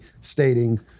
stating